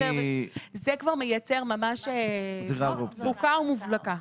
זה כבר מייצר ממש בוקה ומובלקה.